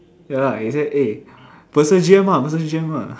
ya lah he say eh